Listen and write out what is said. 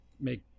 make